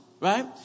right